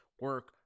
Work